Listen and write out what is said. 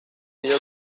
ello